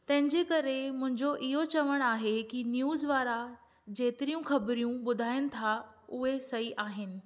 तंहिंजे करे मुंहिंजो इहो चवणु आहे की न्यूज़ वारा जेतिरियूं खबरियूं ॿुधाइनि था उहे सही आहिनि